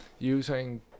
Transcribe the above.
using